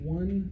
one